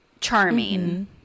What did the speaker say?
charming